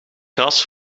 gras